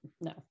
no